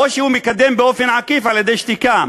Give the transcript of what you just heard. או שהוא מקדם באופן עקיף, על-ידי שתיקה.